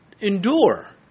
endure